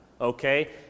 okay